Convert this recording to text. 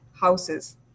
houses